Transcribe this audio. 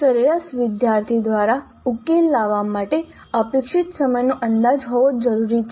સરેરાશ વિદ્યાર્થી દ્વારા ઉકેલ લાવવા માટે અપેક્ષિત સમયનો અંદાજ હોવો જરૂરી છે